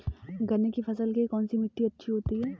गन्ने की फसल के लिए कौनसी मिट्टी अच्छी होती है?